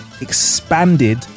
expanded